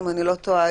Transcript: אם אני לא טועה,